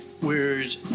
weird